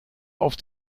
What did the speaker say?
auf